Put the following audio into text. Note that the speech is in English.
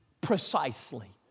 precisely